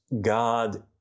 God